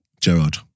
Gerard